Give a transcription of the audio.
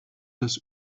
das